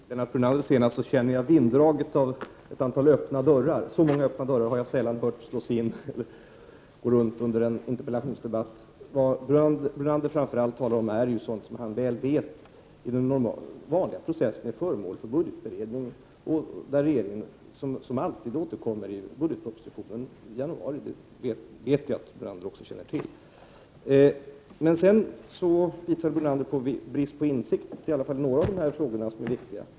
Fru talman! När jag lyssnade till Lennart Brunander nu senast kände jag vinddraget från ett antal öppna dörrar. Så många öppna dörrar har jag sällan hört slås in, så att säga, under en interpellationsdebatt. Brunander talar om sådana saker som han väl vet är föremål för budgetberedning i den vanliga processen. Regeringen återkommer som alltid till dessa frågor i budgetpropositionen. Jag vet att Brunander också känner till detta. Brunander visar brist på insikt i åtminstone några av de frågor som är 25 viktiga.